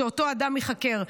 שאותו אדם ייחקר.